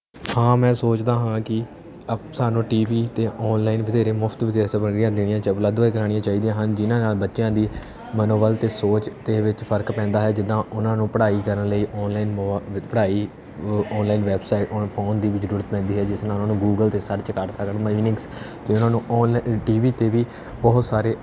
ਹਾਂ ਮੈਂ ਸੋਚਦਾ ਹਾਂ ਕਿ ਸਾਨੂੰ ਟੀਵੀ ਅਤੇ ਆਨਲਾਈਨ ਵਧੇਰੇ ਮੁਫਤ ਵਧੇਰੇ ਸਮੱਗਰੀਆਂ ਦੇਣੀਆਂ ਜਾਂ ਉਪਲੱਬਧ ਕਰਵਾਉਣੀਆਂ ਚਾਹੀਦੀਆਂ ਹਨ ਜਿਹਨਾਂ ਨਾਲ ਬੱਚਿਆਂ ਦੀ ਮਨੋਬਲ ਅਤੇ ਸੋਚ ਦੇ ਵਿੱਚ ਫਰਕ ਪੈਂਦਾ ਹੈ ਜਿੱਦਾਂ ਉਹਨਾਂ ਨੂੰ ਪੜ੍ਹਾਈ ਕਰਨ ਲਈ ਆਨਲਾਈਨ ਮੋ ਪੜ੍ਹਾਈ ਆਨਲਾਈਨ ਵੈਬਸਾਈਟ ਹੁਣ ਫੋਨ ਦੀ ਵੀ ਜ਼ਰੂਰਤ ਪੈਂਦੀ ਹੈ ਜਿਸ ਨਾਲ ਉਹਨਾਂ ਨੂੰ ਗੂਗਲ 'ਤੇ ਸਰਚ ਕਰ ਸਕਣ ਮਾਈਨਿੰਗਸ ਅਤੇ ਉਹਨਾਂ ਨੂੰ ਆਨਲਾਈਨ ਟੀਵੀ 'ਤੇ ਵੀ ਬਹੁਤ ਸਾਰੇ